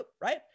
right